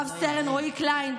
לרב-סרן רועי קליין,